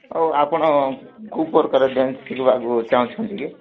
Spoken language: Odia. ହଉ ଆପଣ କେଉଁ ପ୍ରକାର ଡ୍ୟାନ୍ସ୍ ଶିଖିବାର ଚାହୁଁଚନ୍ତି କି